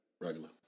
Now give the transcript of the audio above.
Regular